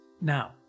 Now